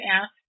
ask